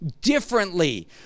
differently